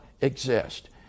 exist